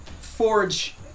Forge